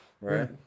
Right